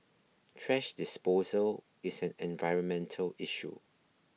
thrash disposal is an environmental issue